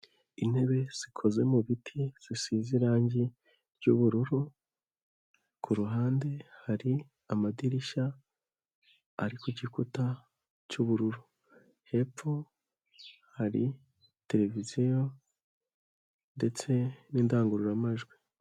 Intebe zikoze mu biti zisize irangi ry'ubururu, kuruhande hari amadirishya ari ku gikuta cy'ubururu. Hepfo hari televiziyo ndetse n'indangururamajwi.